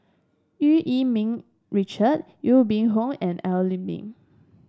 Eu Yee Ming Richard Aw Boon Haw and Al Lim Boon